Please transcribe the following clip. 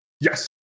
Yes